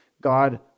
God